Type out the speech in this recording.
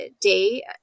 day